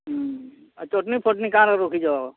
ଆଉ ଚଟ୍ନି ଫଟ୍ନି କାଣା ରଖିଚ